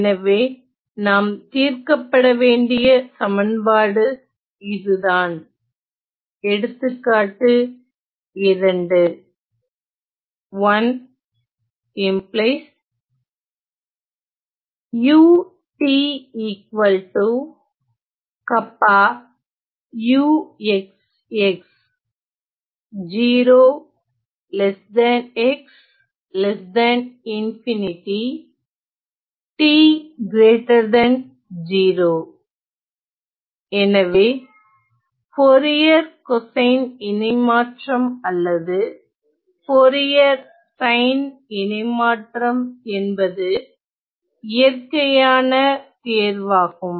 எனவே நாம் தீர்க்கப்பட வேண்டிய சமன்பாடு இதுதான் எடுத்துக்காட்டு 2 எனவே போரியர் கோசைன் இணைமாற்றம் அல்லது போரியர் சைன் இணைமாற்றம் என்பது இயற்கையான தேர்வாகும்